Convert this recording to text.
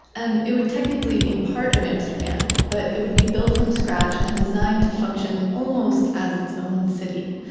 and it would technically be part of amsterdam, but it would be built from scratch and designed to function almost as its own city,